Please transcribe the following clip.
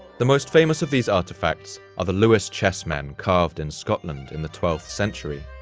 the most famous of these artifacts are the lewis chessmen carved in scotland in the twelfth century,